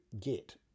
get